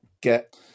get